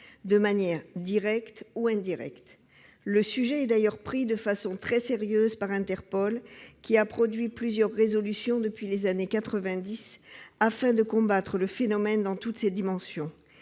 de manière directe ou indirecte. Le sujet est d'ailleurs pris très au sérieux par Interpol, qui a adopté plusieurs résolutions depuis les années 1990 pour combattre ce phénomène dans toutes ses dimensions